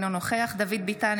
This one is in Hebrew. אינו נוכח דוד ביטן,